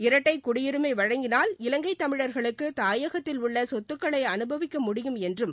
இரட்டை குடியுரிமை வழங்கினால் இலங்கை தமிழா்களுக்கு தாயகத்தில் உள்ள சொத்துக்களை அனுபவிக்க முடியும் என்றும்